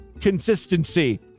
consistency